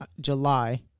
July